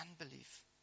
unbelief